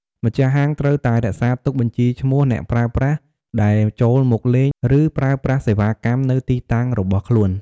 ម្ចាស់ហាង ត្រូវតែ រក្សាទុកបញ្ជីឈ្មោះ អ្នកប្រើប្រាស់ដែល ចូលមកលេង ឬ ប្រើប្រាស់សេវាកម្ម នៅទីតាំងរបស់ខ្លួន។